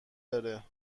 داره